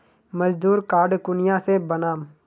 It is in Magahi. मजदूर कार्ड कुनियाँ से बनाम?